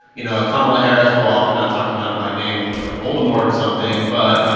you know, kamala harris will often not talk about him by name like he's, like, voldemort or something, but.